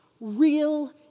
real